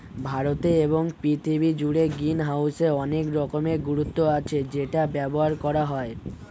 ভারতে এবং পৃথিবী জুড়ে গ্রিনহাউসের অনেক রকমের গুরুত্ব আছে যেটা ব্যবহার করা হয়